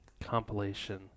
Compilation